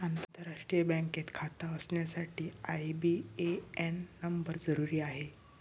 आंतरराष्ट्रीय बँकेत खाता असण्यासाठी आई.बी.ए.एन नंबर जरुरी आहे